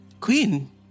Queen